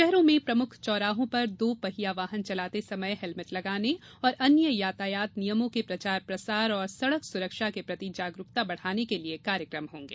शहरों में प्रमुख चौराहों पर दो पहिया वाहन चलाते समय हेलमेट लगाने और अन्य यातायात नियमों के प्रचार प्रसार और सड़क सुरक्षा के प्रति जागरूकता बढ़ाने के लिये कार्यक्रम होंगे